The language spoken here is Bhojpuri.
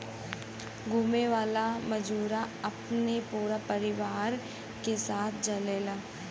घुमे वाला मजूरा अपने पूरा परिवार के साथ जाले